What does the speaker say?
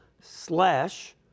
slash